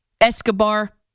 Escobar